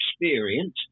experience